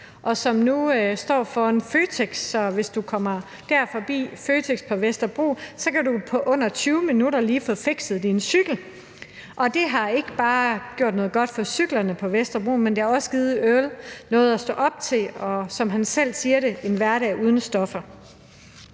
og som nu står foran Føtex, så hvis du kommer forbi Føtex på Vesterbro, kan du på under 20 minutter lige få fikset din cykel. Det har ikke bare gjort noget godt for cyklerne på Vesterbro, men det har også givet Earl noget at stå op til og, som han selv siger det, en hverdag uden stoffer.